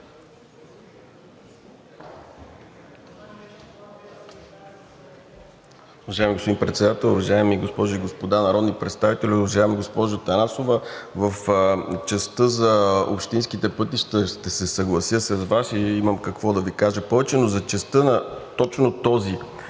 Уважаеми господин Председател, уважаеми госпожи и господа народни представители! Уважаема госпожо Атанасова, в частта за общинските пътища ще се съглася с Вас и имам какво да Ви кажа повече, но за частта на точно това